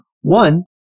One